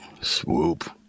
Swoop